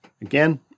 Again